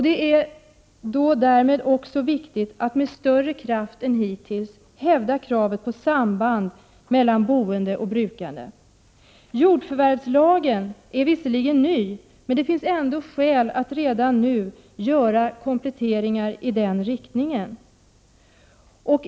Det är därmed också viktigt att med större kraft än hittills hävda kravet på samband mellan boende och brukande. Jordförvärvslagen är visserligen ny, men det finns ändå skäl att redan nu göra kompletteringar i den riktningen.